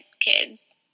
kids